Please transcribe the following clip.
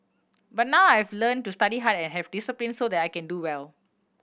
but now I've learnt to study hard and have discipline so that I can do well